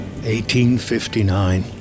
1859